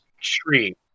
tree